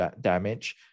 damage